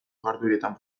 jardueretan